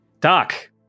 Doc